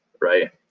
Right